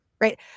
right